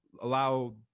Allow